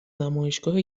نمایشگاه